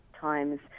times